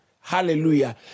Hallelujah